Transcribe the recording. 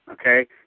Okay